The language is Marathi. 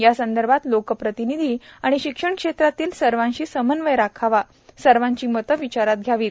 यासंदर्भात लोकप्रतिनिधी आणि शिक्षण क्षेत्रातील सर्वांशी समन्वय राखावा सर्वांची मते विचारात घ्यावीत